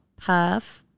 Puff